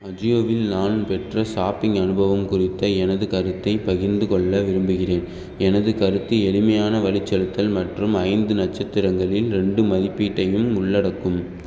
அஜியோவில் நான் பெற்ற ஷாப்பிங் அனுபவம் குறித்த எனது கருத்தை பகிர்ந்து கொள்ள விரும்புகிறேன் எனது கருத்து எளிமையான வழிச்செலுத்தல் மற்றும் ஐந்து நட்சத்திரங்களில் ரெண்டு மதிப்பீட்டையும் உள்ளடக்கும்